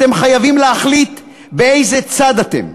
אתם חייבים להחליט באיזה צד אתם,